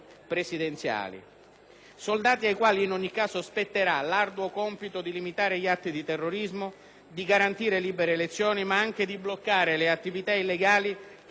Soldati ai quali, in ogni caso, spetterà l'arduo compito di limitare gli atti di terrorismo, di garantire libere elezioni, ma anche di bloccare le attività illegali che arricchiscono i talebani;